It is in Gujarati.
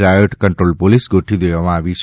રાયોટ કન્ટ્રોલ પોલીસ ગોઠવવામાં આવી છે